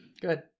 good